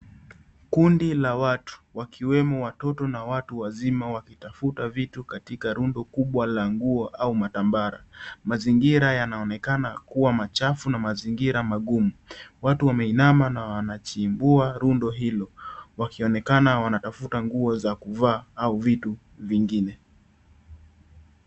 Kundi la watu wakiwemo watoto na watu wazima wakitafuta vitu katika rundo kubwa la nguo au matambara, mazingira yanaonekana kuwa machafu na mazingira magumu, watu wameinama na wanachimbua rundo hilo, wakionekana wanatafuta nguo za kuvaa au vitu vingine.